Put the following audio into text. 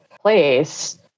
place